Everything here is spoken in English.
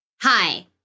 Hi